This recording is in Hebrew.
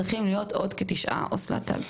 צריכים להיות עוד 9 עו״ס להט״בים.